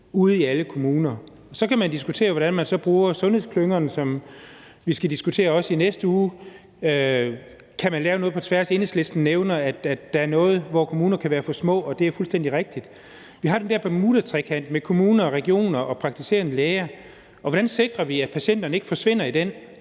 ude i alle kommuner. Så kan man diskutere, hvordan man så bruger sundhedsklyngerne, som vi også skal diskutere i næste uge. Kan man lave noget på tværs? Enhedslisten nævner, at der er noget, hvor nogle kommuner kan være for små, og det er fuldstændig rigtigt. Vi har den der bermudatrekant mellem kommuner, regioner og praktiserende læger, og hvordan sikrer vi, at patienterne ikke forsvinder i den,